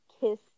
kiss